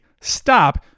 stop